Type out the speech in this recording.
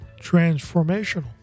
transformational